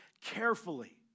carefully